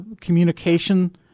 communication